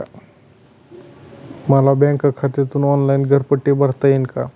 मला बँक खात्यातून ऑनलाइन घरपट्टी भरता येईल का?